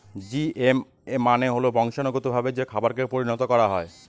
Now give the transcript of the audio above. GMO মানে হল বংশানুগতভাবে যে খাবারকে পরিণত করা হয়